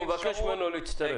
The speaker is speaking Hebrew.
אנחנו נבקש ממנו להצטרף.